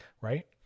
Right